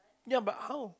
ya but how